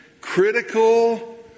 critical